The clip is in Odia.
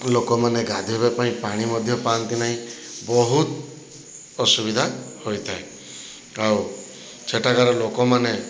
ଲୋକମାନେ ଗାଧେଇବା ପାଇଁ ପାଣି ମଧ୍ୟ ପାଆନ୍ତି ନାହିଁ ବହୁତ ଅସୁବିଧା ହୋଇଥାଏ ଆଉ ସେଠାକାର ଲୋକମାନେ